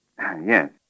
Yes